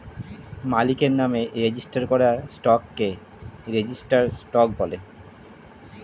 মালিকের নামে রেজিস্টার করা স্টককে রেজিস্টার্ড স্টক বলা হয়